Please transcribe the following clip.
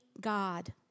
God